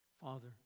Father